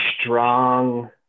strong